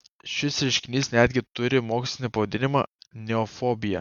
šis reiškinys netgi turi mokslinį pavadinimą neofobija